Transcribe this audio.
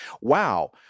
wow